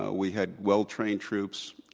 ah we had well-trained troops.